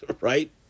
right